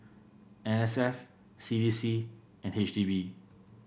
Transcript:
N S F C D C and H D B